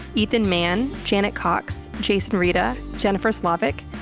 ethan mann, janet cox, jason rita, jennifer slavic,